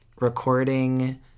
recording